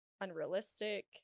unrealistic